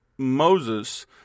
Moses